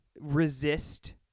resist